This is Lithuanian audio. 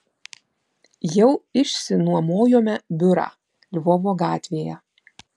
jau išsinuomojome biurą lvovo gatvėje